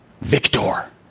victor